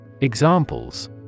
Examples